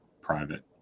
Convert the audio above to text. private